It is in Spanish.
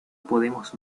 podemos